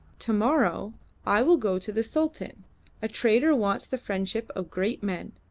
to-morrow i will go to the sultan a trader wants the friendship of great men.